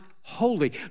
holy